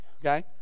okay